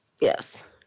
Yes